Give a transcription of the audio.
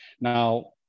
Now